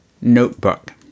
notebook